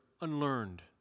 unlearned